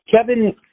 Kevin